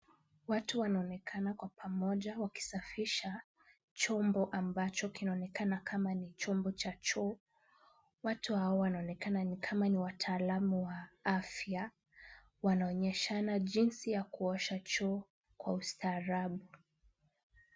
Watu wanaonekana kwa pamoja wakisafisha chombo ambacho kinaonekana kama ni chombo cha choo. Watu hawa wanaonekana ni kama ni wataalamu wa afya. Wanaonyeshana jinsi ya kuosha choo kwa ustaarabu.